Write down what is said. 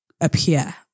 appear